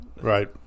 Right